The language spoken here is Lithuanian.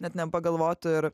net nepagalvotų ir